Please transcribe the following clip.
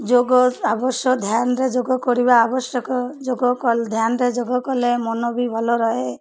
ଯୋଗ ଆବଶ୍ୟକ ଧ୍ୟାନରେ ଯୋଗ କରିବା ଆବଶ୍ୟକ ଯୋଗ କଲ୍ ଧ୍ୟାନରେ ଯୋଗ କଲେ ମନ ବି ଭଲ ରହେ